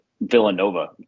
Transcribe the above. Villanova